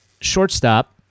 shortstop